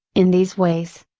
in these ways,